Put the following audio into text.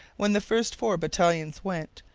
when the first four battalions went,